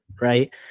right